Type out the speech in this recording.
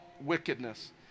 wickedness